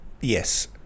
Yes